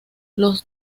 los